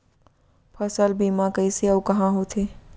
फसल बीमा कइसे अऊ कहाँ होथे?